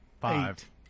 Five